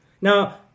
Now